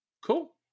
Cool